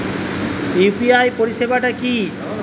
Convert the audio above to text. UPI পরিসেবাটা কি?